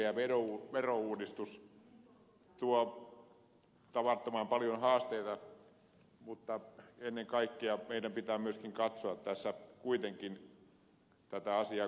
vihreä verouudistus tuo tavattoman paljon haasteita mutta ennen kaikkea meidän pitää myöskin katsoa kuitenkin tätä asiaa kotimaisuuden näkökulmasta